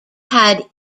had